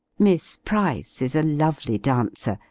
miss price is a lovely dancer,